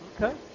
Okay